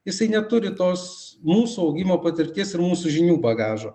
jisai neturi tos mūsų augimo patirties ir mūsų žinių bagažo